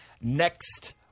next